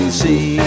see